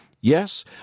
Yes